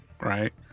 right